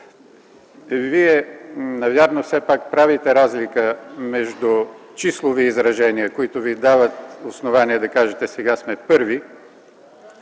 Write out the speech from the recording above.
Вие навярно все пак правите разлика между числови изражения, които Ви дават основание да кажете „сега сме първи”,